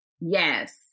Yes